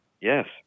Yes